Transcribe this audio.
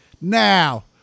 now